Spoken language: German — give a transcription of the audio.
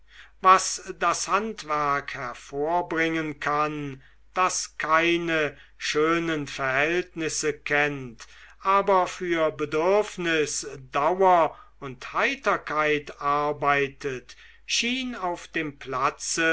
was das handwerk hervorbringen kann das keine schönen verhältnisse kennt aber für bedürfnis dauer und heiterkeit arbeitet schien auf dem platze